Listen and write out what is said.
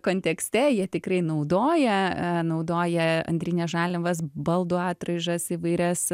kontekste jie tikrai naudoja naudoja antrines žaliavas baldų atraižas įvairias